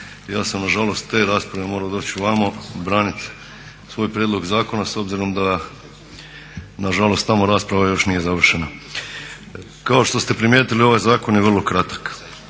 ja sam nažalost s te rasprave morao doći ovamo branit svoj prijedlog zakona s obzirom da nažalost tamo rasprava još nije završena. Kao što ste primijetili ovaj zakon je vrlo kratak.